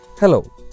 Hello